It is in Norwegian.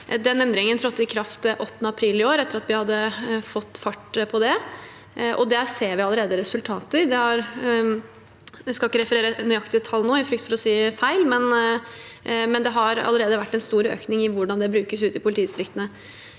endringen trådte i kraft 8. april i år, etter at vi hadde fått fart på det, og der ser vi allerede resultater. Jeg skal ikke referere nøyaktige tall nå, i frykt for å si feil, men det har allerede vært en stor økning i hvordan det brukes ute i politidistriktene.